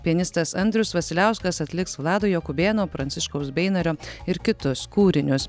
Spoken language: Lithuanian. pianistas andrius vasiliauskas atliks vlado jakubėno pranciškaus beinario ir kitus kūrinius